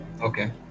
okay